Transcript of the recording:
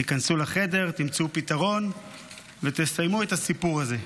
תיכנסו לחדר, תמצאו פתרון ותסיימו את הסיפור הזה.